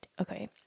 okay